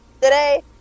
today